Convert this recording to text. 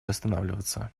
останавливаться